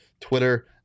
Twitter